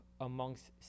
amongst